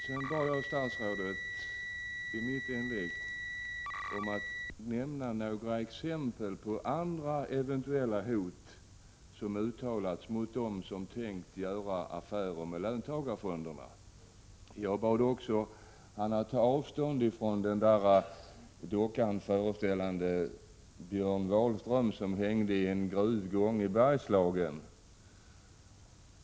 Jag bad statsrådet att nämna några exempel på andra eventuella hot som uttalats mot dem som tänkt göra affärer med löntagarfonderna. Jag bad honom också att ta avstånd från dockan föreställande Björn Wahlström som hängde i en gruvgång i Bergslagen.